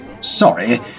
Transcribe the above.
Sorry